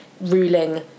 ruling